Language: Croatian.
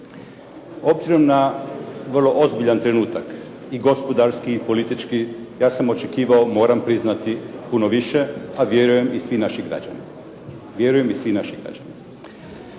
Obzirom na vrlo ozbiljan trenutak, i gospodarski i politički ja sam očekivao, moram priznati puno više, a vjerujem i svi naši građani. Vjerujem i svi naši građani.